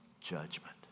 judgment